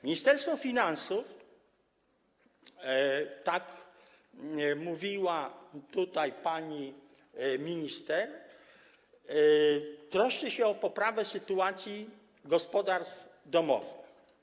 Ministerstwo Finansów, jak mówiła tutaj pani minister, troszczy się o poprawę sytuacji gospodarstw domowych.